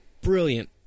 brilliant